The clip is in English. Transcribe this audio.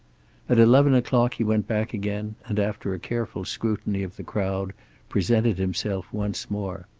at eleven o'clock he went back again, and after a careful scrutiny of the crowd presented himself once more.